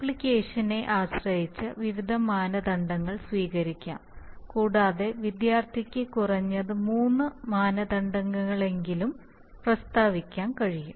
ആപ്ലിക്കേഷനെ ആശ്രയിച്ച് വിവിധ മാനദണ്ഡങ്ങൾ സ്വീകരിക്കാം കൂടാതെ വിദ്യാർത്ഥിക്ക് കുറഞ്ഞത് മൂന്ന് മാനദണ്ഡങ്ങളെങ്കിലും പ്രസ്താവിക്കാൻ കഴിയും